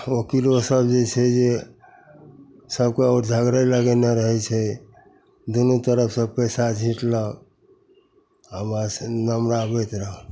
ओकिलोसभ जे छै जे सभकेँ झगड़े लगेने रहै छै दुनू तरफसे पइसा झिटलक आओर बस नमराबैत रहल